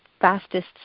fastest